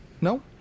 No